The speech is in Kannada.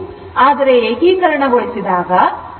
ಆದರೆ ಏಕೀಕರಣಗೊಳಿಸಿದಾಗ 0 ರಿಂದ π ವರೆಗೆ ಪರಿಗಣಿಸಬೇಕು